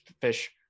fish